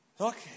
Okay